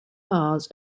bars